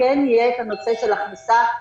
שכן יהיה את הנושא של הכנסה,